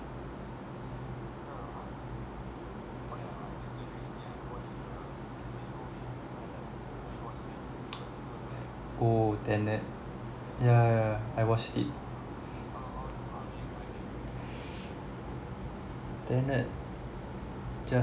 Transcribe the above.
oh tenet yeah I watched it tenet